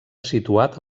situat